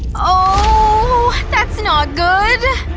ah oooohhhh that's not good,